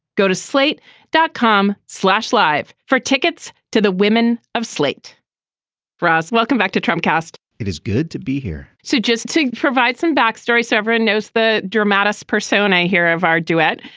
go to slate dot com slash live for tickets to the women of slate for us. welcome back to trump cast. it is good to be here so just to provide some backstory severin knows the dramatis personae here of our duet.